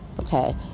Okay